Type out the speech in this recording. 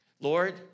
Lord